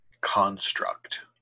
construct